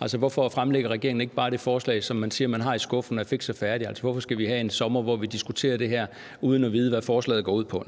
Altså, hvorfor fremlægger regeringen ikke bare det forslag, som man siger man har i skuffen, og som er fikst og færdigt? Hvorfor skal vi have en sommer, hvor vi diskuterer det her, uden at vide, hvad forslaget går ud på?